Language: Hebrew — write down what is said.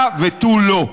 הא ותו לא.